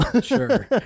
sure